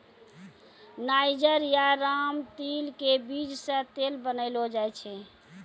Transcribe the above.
niger या रामतिल के बीज सॅ तेल बनैलो जाय छै